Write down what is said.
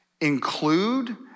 include